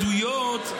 בהתמודדויות,